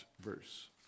verse